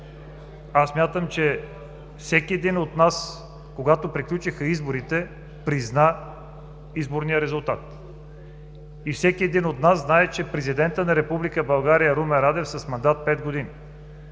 аз смятам, че всеки един от нас, когато приключиха изборите, призна изборния резултат. И всеки един от нас знае, че президента на Република България Румен Радев е с мандат пет години.